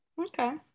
Okay